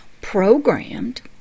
programmed